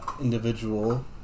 individual